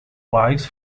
wives